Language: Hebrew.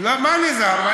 ממה להיזהר?